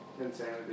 Insanity